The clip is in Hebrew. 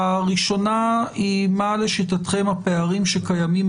הראשונה היא מה לשיטתכם הפערים שקיימים